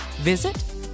visit